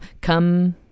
come